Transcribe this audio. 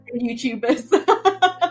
YouTubers